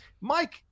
Mike